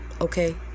Okay